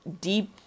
deep